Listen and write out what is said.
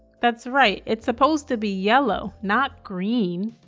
that's right, it's supposed to be yellow not green.